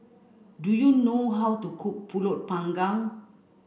do you know how to cook Pulut panggang